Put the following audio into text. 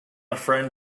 friend